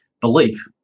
belief